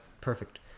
perfect